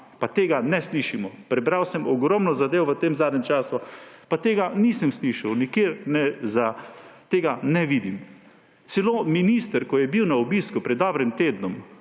pa tega ne slišimo. Prebral sem ogromno zadev v tem zadnjem času, pa tega nisem slišal, nikjer tega ne vidim. Celo minister, ko je bil na obisku pred dobrim tednom